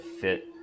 fit